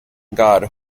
god